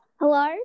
Hello